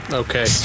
okay